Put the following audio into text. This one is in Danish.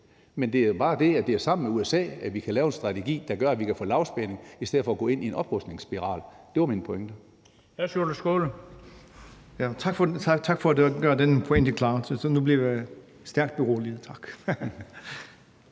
men der er bare det, at det er sammen med USA, at vi kan lave strategi, der gør, at vi kan få lavspænding i stedet for at gå ind i en oprustningsspiral. Det var min pointe.